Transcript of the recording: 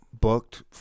booked